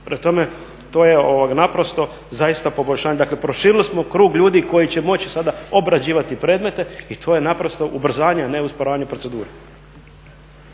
Prema tome, to je naprosto zaista poboljšanje. Dakle, proširili smo krug ljudi koji će moći sada obrađivati predmete i to je naprosto ubrzanje, a ne usporavanje procedure.